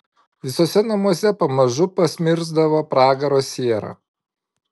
visuose namuose pamažu pasmirsdavo pragaro siera